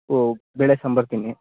ಓ ಬೇಳೆ ಸಾಂಬಾರು ತಿನ್ನಿ